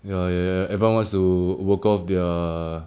ya ya ya everyone wants to work off their